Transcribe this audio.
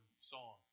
song